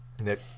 Nick